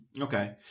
Okay